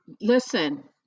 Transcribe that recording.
listen